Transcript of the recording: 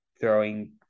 throwing